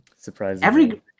Surprisingly